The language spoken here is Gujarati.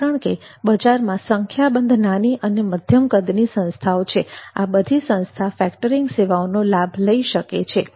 કારણ કે બજારમાં સંખ્યાબંધ નાની અને મધ્યમ કદની સંસ્થાઓ છે અને આ બધી સંસ્થા ફેક્ટરીંગ સેવાઓનો લાભ લઇ શકે છે